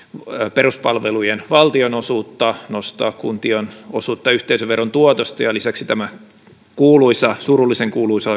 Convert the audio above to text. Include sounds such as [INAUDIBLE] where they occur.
peruspalvelujen valtionosuutta nostaa kuntien osuutta yhteisöveron tuotosta ja lisäksi tämä kuuluisa oikeastaan surullisen kuuluisa [UNINTELLIGIBLE]